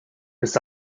this